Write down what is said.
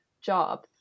job